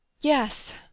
Yes